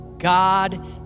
God